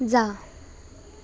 जा